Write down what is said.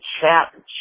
chat